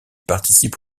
participe